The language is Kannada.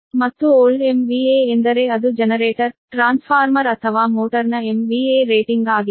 ಮತ್ತು ಓಲ್ಡ್ MVA ಎಂದರೆ ಅದು ಜನರೇಟರ್ ಟ್ರಾನ್ಸ್ಫಾರ್ಮರ್ ಅಥವಾ ಮೋಟರ್ನ MVA ರೇಟಿಂಗ್ ಆಗಿದೆ